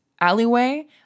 alleyway